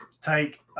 take